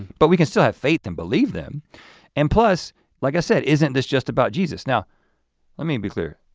but we can still have faith and believe them and plus like i said, isn't this just about jesus? now let me be clear.